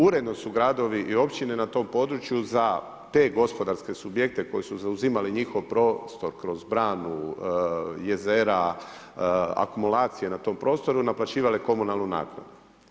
Uredno su gradovi i općine na tom području za te gospodarske subjekte koji su zauzimali njihov prostor kroz branu, jezera, akumulacije na tom prostoru naplaćivale komunalnu naknadu.